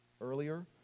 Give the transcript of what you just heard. earlier